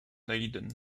leiden